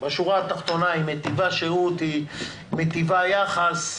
היא מיטיבה ביחס.